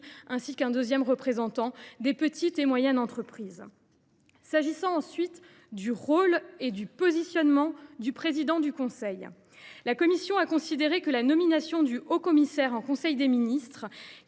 ainsi qu’un deuxième représentant des petites et moyennes entreprises. Sur le rôle et le positionnement du président de ce haut conseil, la commission a considéré que la nomination du haut commissaire en conseil des ministres,